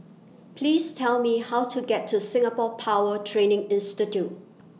Please Tell Me How to get to Singapore Power Training Institute